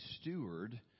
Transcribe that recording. steward